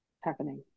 happening